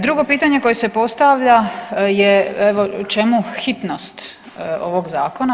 Drugo pitanje koje se postavlja je evo čemu hitnost ovog zakona?